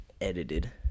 edited